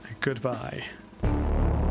Goodbye